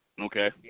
okay